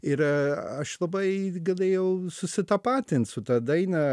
ir aš labai galėjau susitapatint su ta daina